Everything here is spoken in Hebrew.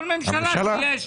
כל ממשלה שיש.